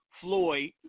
Floyd